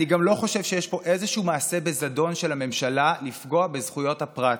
אני גם לא חושב שיש פה איזשהו מעשה בזדון של הממשלה לפגוע בזכויות הפרט.